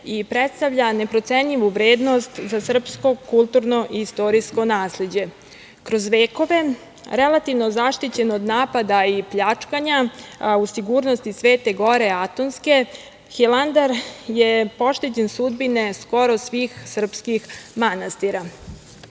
i predstavlja neprocenjivu vrednost za srpsko, kulturno i istorijsko nasleđe. Kroz vekove relativno zaštićen od napada, a i pljačkanja u sigurnosti Svete gore Atonske, Hilandar je pošteđen sudbine skoro svih srpskih manastira.U